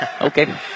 Okay